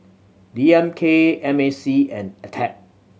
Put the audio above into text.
D M K M A C and Attack